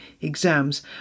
exams